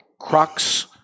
Crux